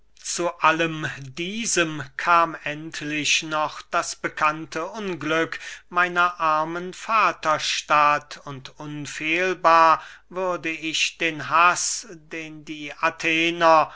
zu allem diesen kam endlich noch das bekannte unglück meiner armen vaterstadt und unfehlbar würde ich den haß den die athener